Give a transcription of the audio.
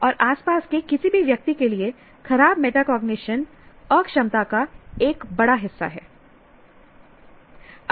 और आस पास के किसी भी व्यक्ति के लिए खराब मेटाकॉग्निशन अक्षमता का एक बड़ा हिस्सा है